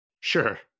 Sure